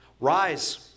Rise